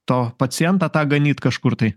to pacientą tą ganyt kažkur tai